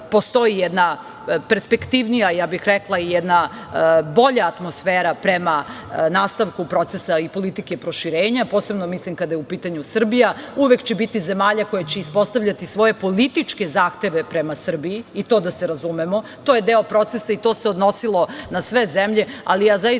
postoji jedna perspektivnija, ja bih rekla i jedna bolja atmosfera prema nastavku procesa i politike procesa proširenja, posebno mislim kada je u pitanju Srbija. Uvek će biti zemalja koje će ispostavljati svoje političke zahteve prema Srbiji i to da se razumemo. To je deo procesa i to se odnosilo na sve zemlje, ali zaista